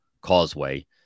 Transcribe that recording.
causeway